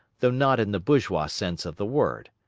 though not in the bourgeois sense of the word.